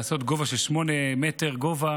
לעשות גובה של 8 מטר גובה,